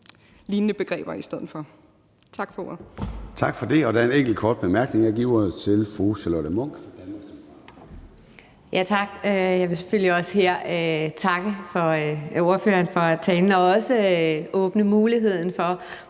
lignende begreber i stedet for. Tak for